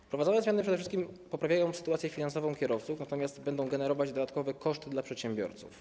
Wprowadzone zmiany przede wszystkim poprawiają sytuację finansową kierowców, natomiast będą generować dodatkowe koszty dla przedsiębiorców.